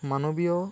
মানৱীয়